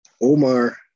Omar